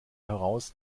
heraus